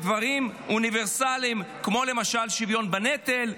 דברים אוניברסליים כמו שוויון בנטל,